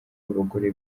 w’abagore